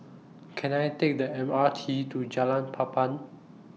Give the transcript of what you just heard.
Can I Take The M R T to Jalan Papan